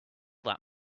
that